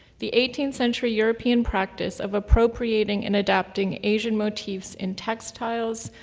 the eighteenth century european practice of appropriating and adapting asian motifs in textiles,